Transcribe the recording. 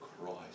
Christ